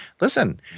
Listen